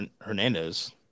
Hernandez